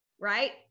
right